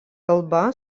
kalba